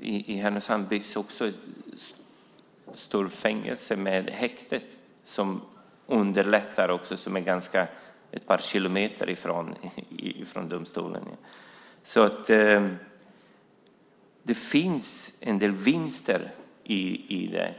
I Härnösand byggs ett stort fängelse med häkte ett par kilometer från domstolen, vilket underlättar. Det finns en del vinster i det.